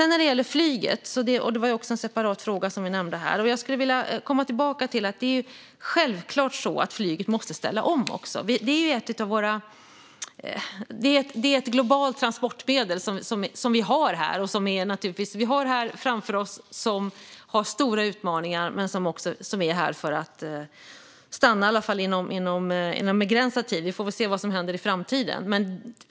När det gäller flyget, vilket var en separat fråga, vill jag komma tillbaka till att det är självklart att flyget måste ställa om. Det är ett globalt transportmedel som vi har framför oss och som har stora utmaningar men som är här för att stanna, i alla fall inom en begränsad tid. Vi får se vad som händer i framtiden.